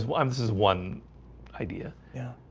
um i'm this is one idea, yeah,